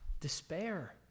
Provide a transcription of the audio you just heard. despair